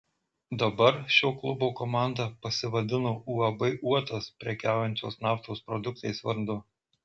dabar šio klubo komanda pasivadino uab uotas prekiaujančios naftos produktais vardu